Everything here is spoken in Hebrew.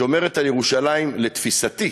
שומרת על ירושלים, לתפיסתי,